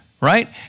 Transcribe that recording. Right